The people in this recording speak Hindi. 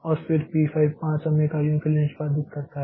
और फिर पी 5 5 समय इकाइयों के लिए निष्पादित करता है